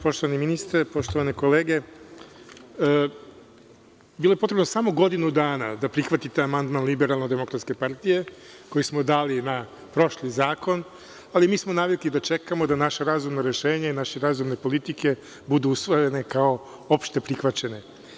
Poštovani ministre, poštovane kolege, bilo je potrebno samo godinu dana da prihvatite amandman LDP koji smo dali na prošli zakon, ali mi smo navikli da čekamoda naše razumno rešenje, da naše razumne politike budu usvojene kao opšte prihvaćene.